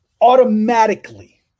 automatically